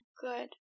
Good